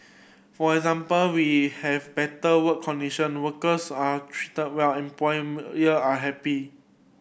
for example we have better work condition workers are treated well are happy